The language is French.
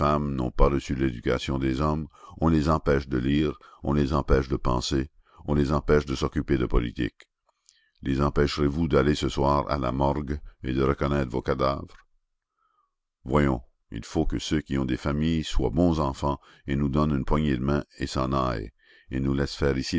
n'ont pas reçu l'éducation des hommes on les empêche de lire on les empêche de penser on les empêche de s'occuper de politique les empêcherez vous d'aller ce soir à la morgue et de reconnaître vos cadavres voyons il faut que ceux qui ont des familles soient bons enfants et nous donnent une poignée de main et s'en aillent et nous laissent faire ici